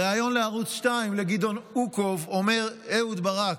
בריאיון לערוץ 2, לגדעון אוקו, אומר אהוד ברק,